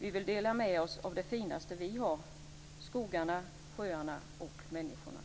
Vi vill dela med oss av det finaste vi har: skogarna, sjöarna och människorna.